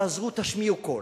תעזרו, תשמיעו קול,